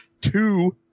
two